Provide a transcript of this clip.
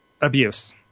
abuse